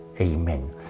Amen